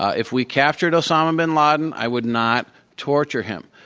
if we captured osama bin laden, i would not torture him.